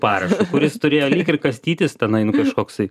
parašu kuris turėjo lyg ir kastytis tenai nu kažkoksai